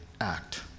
act